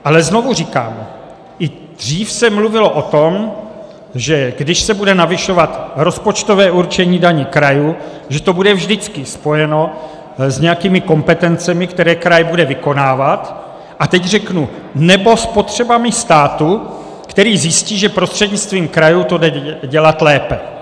Ale znovu říkám, i dřív se mluvilo o tom, že když se bude navyšovat rozpočtové určení daní krajů, že to bude vždycky spojeno s nějakými kompetencemi, které kraj bude vykonávat, a teď řeknu nebo s potřebami státu, který zjistí, že prostřednictvím krajů to jde dělat lépe.